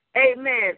amen